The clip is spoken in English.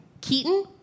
Keaton